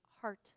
heart